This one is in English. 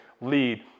lead